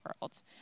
world